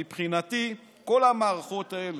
מבחינתי כל המערכות האלה,